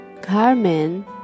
Carmen